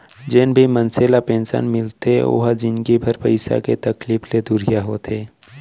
जेन भी मनसे ल पेंसन मिलथे ओ ह जिनगी भर पइसा के तकलीफ ले दुरिहा होथे